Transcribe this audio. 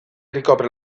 ricopre